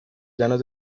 llanos